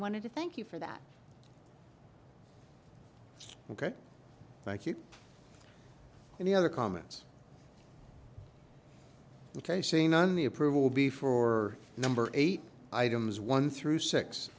wanted to thank you for that ok thank you and the other comments ok seen on the approval before number eight items one through six